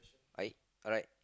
right alright